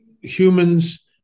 humans